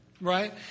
right